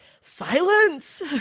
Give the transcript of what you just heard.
silence